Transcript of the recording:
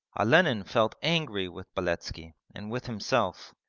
olenin felt angry with beletski and with himself,